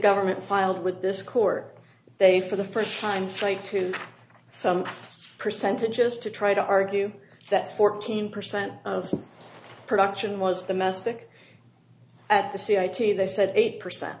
government filed with this court they for the first time straight to some percentages to try to argue that fourteen percent of production was domestic at the c i t they said eight percent